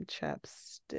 chapstick